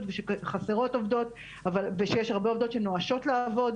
ושחסרות עובדות ושיש הרבה עובדות שנואשות לעבוד,